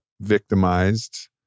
victimized